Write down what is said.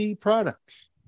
products